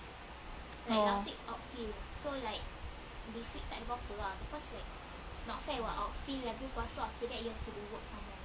oh